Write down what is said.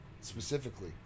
specifically